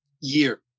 Year